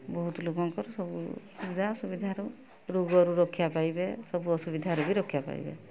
ବହୁତ ଲୋକଙ୍କର ସବୁ ସୁବିଧା ଅସୁବିଧାରୁ ରୋଗରୁ ରକ୍ଷା ପାଇବେ ସବୁ ଅସୁବିଧାରୁ ବି ରକ୍ଷା ପାଇବେ